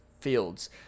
fields